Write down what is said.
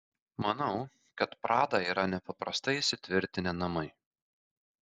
manau kad prada yra nepaprastai įsitvirtinę namai